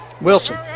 wilson